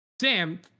Sam